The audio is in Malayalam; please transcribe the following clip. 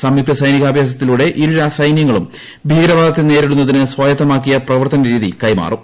സംയുക്ത സൈനികാഭ്യാസത്തിലൂടെ ഇരു സൈനൃങ്ങളും ഭീകരവാദത്തെ നേരിടുന്നതിന് സ്വായത്തമാക്കിയ പ്രവർത്തനരീതി കൈമാറും